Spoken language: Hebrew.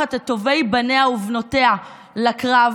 ששולחת את טובי בניה ובנותיה לקרב,